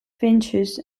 finches